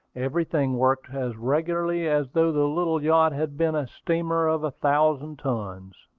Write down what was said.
everything worked as regularly as though the little yacht had been a steamer of a thousand tons.